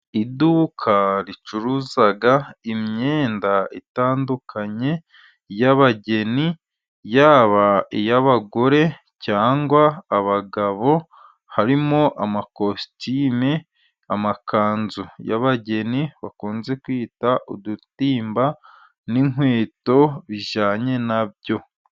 Iduka ricuruza imyenda itandukanye y'abageni ,yaba iy'abagore cyangwa abagabo .Harimo amakositimu , amakanzu y'abageni bakunze kwita udutimba, n'inkweto bijyanye nabyo.